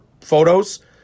photos